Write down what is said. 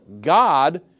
God